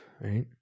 Right